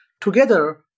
together